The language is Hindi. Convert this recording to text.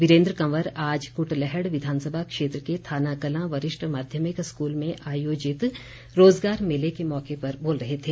वीरेन्द्र कंवर आज क्टलैहड़ विधानसभा क्षेत्र के थानाकलां वरिष्ठ माध्यमिक स्कूल में आयोजित रोज़गार मेले के मौके पर बोल रहे थे